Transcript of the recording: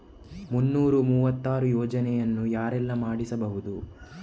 ಮುನ್ನೂರ ಮೂವತ್ತರ ಯೋಜನೆಯನ್ನು ಯಾರೆಲ್ಲ ಮಾಡಿಸಬಹುದು?